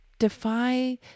Defy